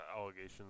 allegations